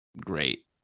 great